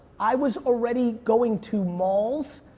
i was already going to malls,